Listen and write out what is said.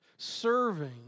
Serving